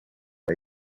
way